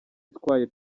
itwaye